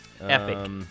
Epic